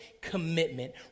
commitment